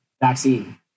vaccine